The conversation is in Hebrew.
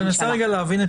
אני רוצה להבין את